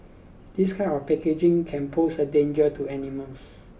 this kind of packaging can pose a danger to animals